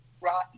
rotten